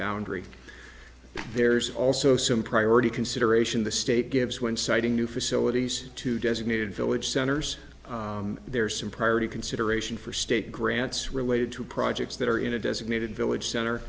boundary there's also some priority consideration the state gives one citing new facilities to designated village centers there's some priority consideration for state grants related to projects that are in a designated village center